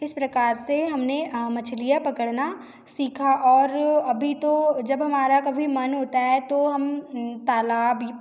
इस प्रकार से हम ने मछलियाँ पकड़ना सीखा और अभी तो जब हमारा कभी मन होता है तो हम तालाब